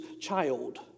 child